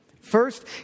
First